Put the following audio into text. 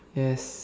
yes